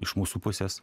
iš mūsų pusės